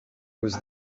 was